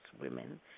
women